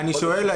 אני שואל,